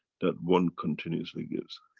that one continuously gives.